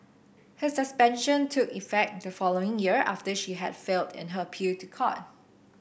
her suspension took effect the following year after she had failed in her appeal to a court